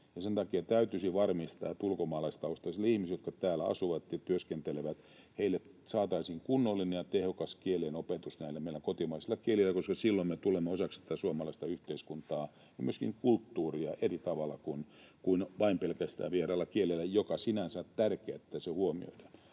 Sen takia täytyisi varmistaa, että ulkomaalaistaustaisille ihmisille, jotka täällä asuvat ja työskentelevät, saataisiin kunnollinen ja tehokas kielenopetus näillä meidän kotimaisilla kielillä, koska silloin me tulemme osaksi suomalaista yhteiskuntaa ja myöskin kulttuuria eri tavalla kuin vain pelkästään vieraalla kielellä, vaikka sinänsä on tärkeää,